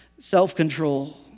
self-control